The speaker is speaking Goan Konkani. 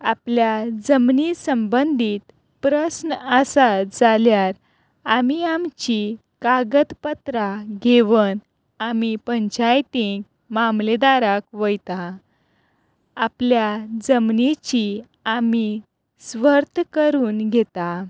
आपल्या जमनी संबंदीत प्रस्न आसा जाल्यार आमी आमची कागदपत्रां घेवन आमी पंचायतीक मामलेदाराक वयता आपल्या जमनीची आमी स्वर्त करून घेता